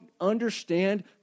understand